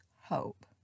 hope